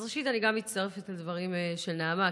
ראשית, גם אני מצטרפת לדברים של נעמה.